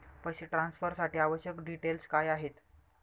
पैसे ट्रान्सफरसाठी आवश्यक डिटेल्स काय आहेत?